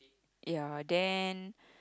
ya then